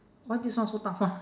why this one so tough [one]